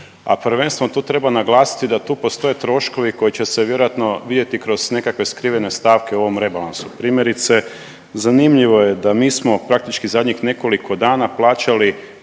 a prvenstveno tu treba naglasiti da tu postoje troškovi koji će se vjerojatno vidjeti kroz nekakve skrivene stavke u ovom rebalansu. Primjerice zanimljivo je da mi smo praktički zadnjih nekoliko dana plaćali